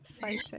fighting